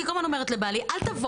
אני כל הזמן אומרת לבעלי: אל תבוא,